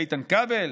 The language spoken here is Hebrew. לאיתן כבל?